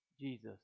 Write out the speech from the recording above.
Jesus